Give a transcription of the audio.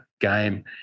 game